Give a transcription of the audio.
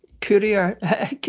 courier